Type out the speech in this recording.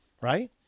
right